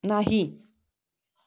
नाही